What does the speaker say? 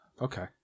Okay